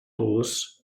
always